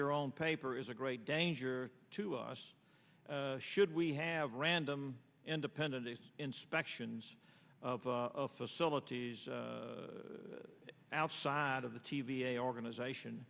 your own paper is a great danger to us should we have random independent these inspections of facilities outside of the t v a organization